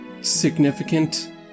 significant